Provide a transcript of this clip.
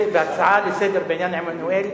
של ההצעה לסדר-היום על עמנואל,